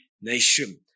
nation